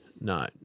No